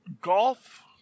golf